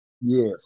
Yes